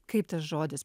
kaip tas žodis